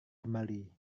kembali